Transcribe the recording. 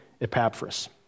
Epaphras